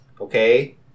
okay